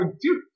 dude